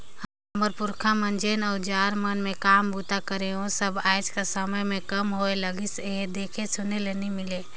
हमर पुरखा मन जेन अउजार मन मे काम बूता करे ओ सब आएज कर समे मे कम होए लगिस अहे, देखे सुने ले नी मिले